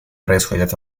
происходят